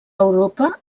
europa